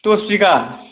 दस बिगा